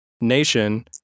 nation